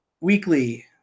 weekly